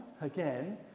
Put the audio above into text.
again